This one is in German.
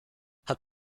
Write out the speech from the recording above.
hat